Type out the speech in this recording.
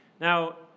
Now